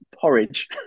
porridge